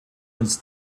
uns